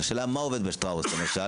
השאלה מה הוא עובד בשטראוס למשל.